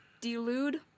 delude